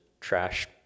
trash